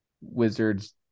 Wizards